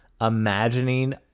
imagining